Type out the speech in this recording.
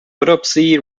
autopsy